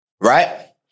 Right